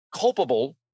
culpable